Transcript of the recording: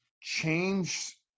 change